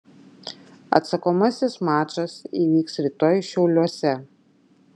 atsakomasis mačas įvyks rytoj šiauliuose